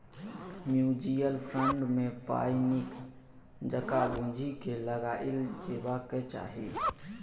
mutual fund मे पाइ नीक जकाँ बुझि केँ लगाएल जेबाक चाही